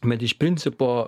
bet iš principo